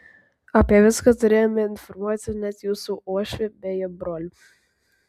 apie viską turėjome informuoti net jūsų uošvį bei jo brolį